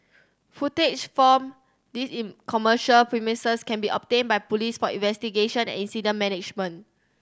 footage from these in commercial premises can be obtained by police for investigation and incident management